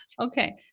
Okay